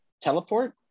Teleport